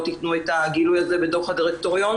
יתנו את הגילוי הזה בדוח הדירקטוריון.